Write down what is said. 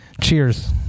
Cheers